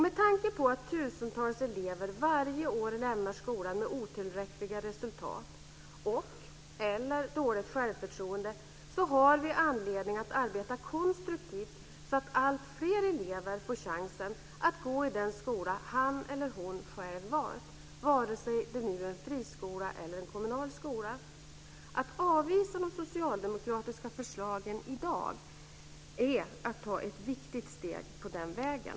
Med tanke på att tusentals elever varje år lämnar skolan med otillräckliga resultat eller dåligt självförtroende har vi anledning att arbeta konstruktivt för att alltfler elever får chansen att gå i den skola som han eller hon själv valt, vare sig det är en friskola eller en kommunal skola. Att avvisa de socialdemokratiska förslagen i dag är att ta ett viktigt steg på den vägen.